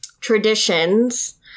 traditions